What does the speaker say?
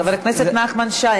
חבר הכנסת נחמן שי,